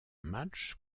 match